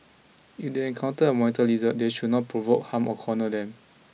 if they encounter a monitor lizard they should not provoke harm or corner them